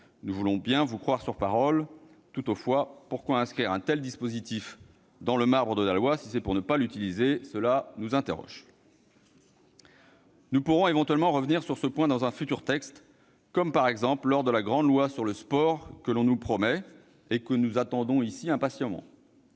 Nous voulons bien vous croire sur parole, toutefois, pourquoi inscrire un tel dispositif dans le marbre de la loi si vous n'entendez pas l'utiliser ? Nous pourrons éventuellement discuter de nouveau de ce sujet dans un futur texte, par exemple lors de la grande loi sur le sport que l'on nous promet et que nous attendons ici impatiemment.